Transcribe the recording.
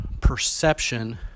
perception